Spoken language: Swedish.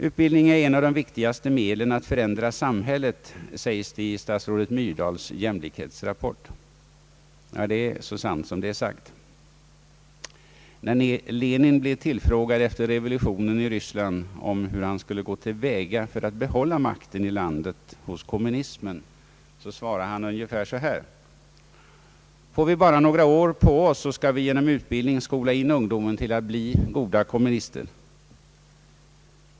Utbildningen är ett av de viktigaste medlen att förändra samhället, sägs det i statsrådet Myrdals jämlikhetsrapport. Det är så sant som det är sagt. När Lenin efter revolutionen i Ryssland blev tillfrågad om hur han skulle gå till väga för att behålla makten i landet hos kommunismen svarade han ungefär så här: Får vi bara några år på oss skall vi skola ungdomen till goda kommunister.